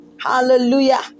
Hallelujah